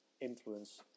influence